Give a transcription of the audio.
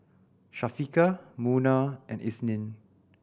Syafiqah Munah and Isnin